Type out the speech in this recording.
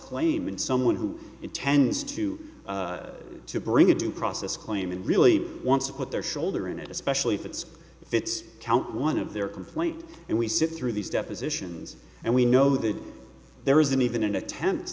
claim and someone who intends to to bring a due process claim and really wants to put their shoulder in it especially if it's if it's count one of their complaint and we sit through these depositions and we know that there isn't even an attempt